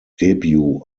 debut